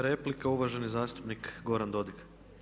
Replika uvaženi zastupnik Goran Dodig.